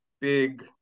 big